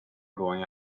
going